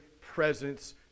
presence